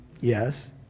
yes